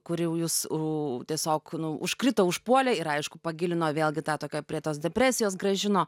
kuri jus tiesiog nu užkrito užpuolė ir aišku pagilino vėlgi tą kokią prie tos depresijos grąžino